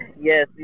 yes